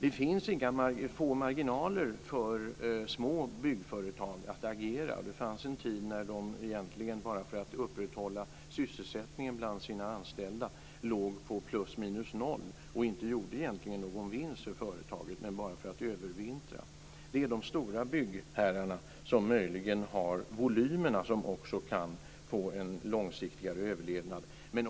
Det finns inga marginaler för små byggföretag att agera. Det fanns en tid när de för att övervintra och för att upprätthålla sysselsättningen bland sina anställda låg på plus minus noll och inte gjorde någon vinst. Det är de stora byggherrarna som har volymerna och som kan få en långsiktig överlevnad.